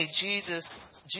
Jesus